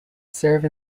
serve